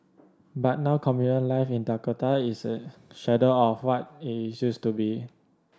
but now communal life in Dakota is a shadow of what it used to be